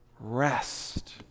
rest